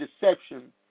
deception